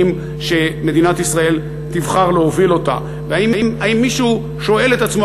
שמדינת ישראל תבחר להוביל אותה והאם מישהו שואל את עצמו